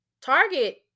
Target